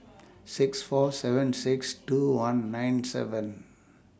six four seven six two one nine seven